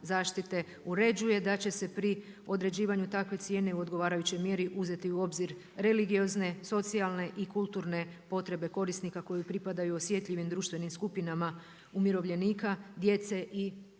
uređuje da će se pri određivanju takve cijene u odgovarajućoj mjeri uzeti u obzir religiozne, socijalne i kulturne potrebe korisnika koje pripadaju osjetljivim društvenim skupinama umirovljenika, djece i osoba sa